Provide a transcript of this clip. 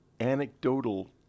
anecdotal